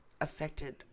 affected